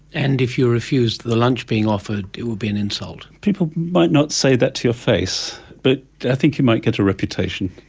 and if you refuse the lunch being offered it would be an insult. people might not say that to your face, but i think you might get a reputation.